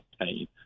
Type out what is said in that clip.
pain